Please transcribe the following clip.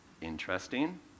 Interesting